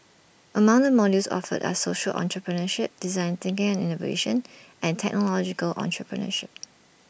among the modules offered are social entrepreneurship design thinking and innovation and technological entrepreneurship